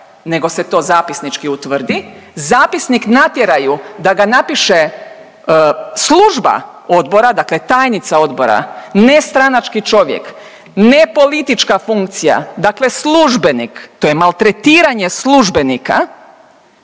nego se to zapisnički utvrdi, zapisnik natjeraju da ga napiše služba odbora, dakle tajnica odbora, nestranački čovjek, nepolitička funkcija, dakle službenik, to je maltretiranje službenika